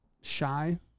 shy